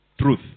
truth